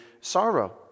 sorrow